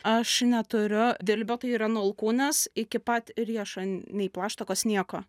aš neturiu dilbio tai yra nuo alkūnės iki pat riešo nei plaštakos nieko